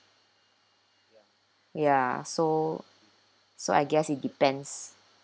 ya so so I guess it depends